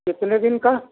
कितने दिन का